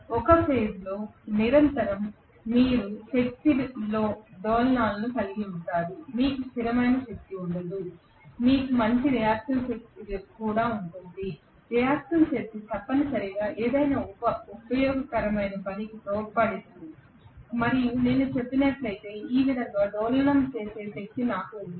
ఒకే phase లో నిరంతరం మీరు శక్తిలో డోలనాలను కలిగి ఉంటారు మీకు స్థిరమైన శక్తి ఉండదు మీకు మంచి రియాక్టివ్ శక్తి కూడా ఉంటుంది రియాక్టివ్ శక్తి తప్పనిసరిగా ఏదైనా ఉపయోగకరమైన పనికి తోడ్పడదు మరియు నేను చెప్పినట్లయితే ఈ విధంగా డోలనం చేసే శక్తి నాకు ఉంది